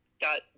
got